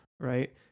right